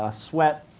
ah sweat,